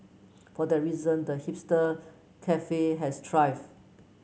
for that reason the hipster cafe has thrived